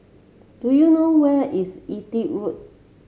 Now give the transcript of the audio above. do you know where is Everitt Road